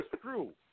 true